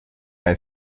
bei